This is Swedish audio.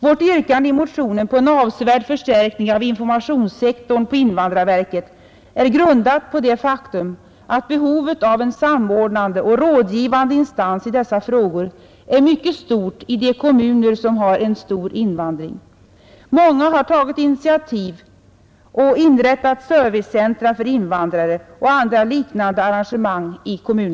Vårt yrkande i motionen om en avsevärd förstärkning av informationssektorn på invandrarverket är grundat på det faktum att behovet av en samordnande och rådgivande instans i dessa frågor är mycket stort i de kommuner som har en stor invandring. Många kommuner har tagit initiativ och inrättat servicecentra för invandrare och gjort andra liknande arrangemang.